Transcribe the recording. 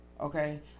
okay